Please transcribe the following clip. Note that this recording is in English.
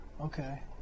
Okay